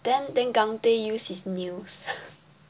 then then gang tae use his news